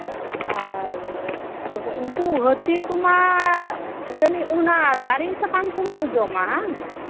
ᱟᱨ ᱩᱱᱠᱩ ᱦᱟᱹᱛᱤ ᱠᱚᱢᱟ ᱡᱟᱹᱱᱤᱡ ᱚᱱᱟ ᱫᱟᱨᱮ ᱥᱟᱠᱟᱢ ᱠᱚᱜᱮ ᱠᱚ ᱡᱚᱢᱟ ᱦᱮᱸᱵᱟᱝ